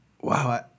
wow